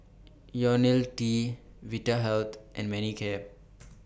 Ionil T Vitahealth and Manicare